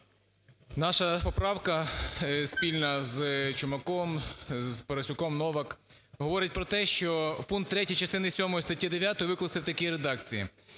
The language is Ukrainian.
наша поправка спільна з Чумаком, з Парасюком, Новак говорить про те, що пункт 3 частини сьомої статті 9 викласти в такій редакції: